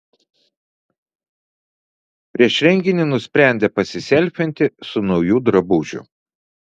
prieš renginį nusprendė pasiselfinti su nauju drabužiu